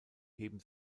heben